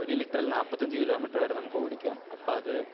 ഒരു ലിറ്ററില് നാല്പത്തിയഞ്ച് കിലോ മീറ്റര് വരെ നമുക്ക് ഓടിക്കാം അപ്പോള് അത്